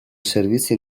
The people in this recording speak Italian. servizio